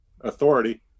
authority